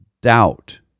doubt